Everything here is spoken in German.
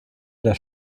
das